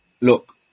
look